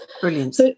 brilliant